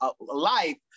life